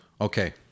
Okay